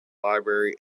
library